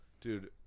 dude